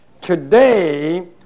Today